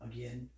Again